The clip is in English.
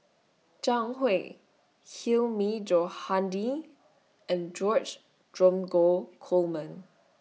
Zhang Hui Hilmi Johandi and George Dromgold Coleman